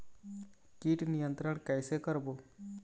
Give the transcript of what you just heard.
कीट नियंत्रण कइसे करबो?